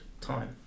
time